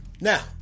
Now